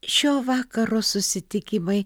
šio vakaro susitikimai